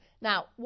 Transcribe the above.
Now